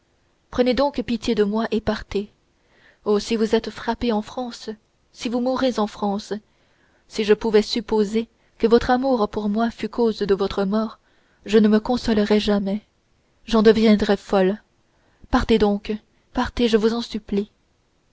prenez donc pitié de moi et partez oh si vous êtes frappé en france si vous mourez en france si je pouvais supposer que votre amour pour moi fût cause de votre mort je ne me consolerais jamais j'en deviendrais folle partez donc partez je vous en supplie